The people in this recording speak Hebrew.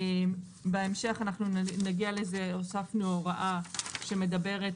בהמשך אנחנו נגיע לזה שהוספנו הוראה שמדברת